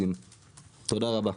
תודה רבה.